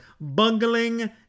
Bungling